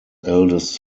eldest